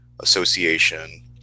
Association